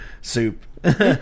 soup